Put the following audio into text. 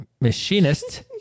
machinist